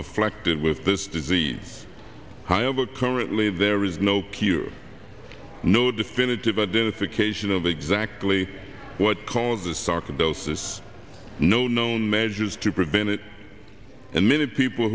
afflicted with this disease however currently there is no cure no definitive identification of exactly what caused the socket dosis no known measures to prevent it and many people